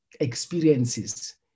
experiences